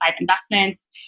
investments